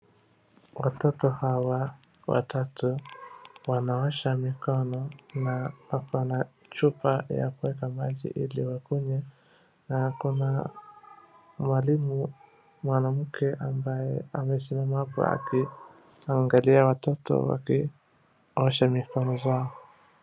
Watoto hawa watatu wanaosha mikono na wako na chupa ya kuweka maji ili wakunywe na kuna mwalimu mwanamke ambaye amesimama akiangalia watoto wakiosha mikono zao.